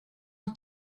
are